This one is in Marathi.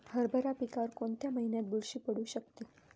हरभरा पिकावर कोणत्या महिन्यात बुरशी पडू शकते?